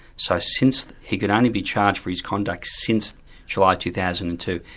so since he could only be charged for his conduct since july two thousand and two,